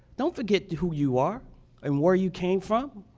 don't forget who you are and where you came from.